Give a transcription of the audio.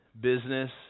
business